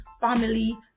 family